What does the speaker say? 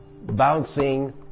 bouncing